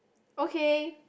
okay